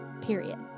period